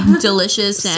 delicious